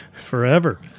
Forever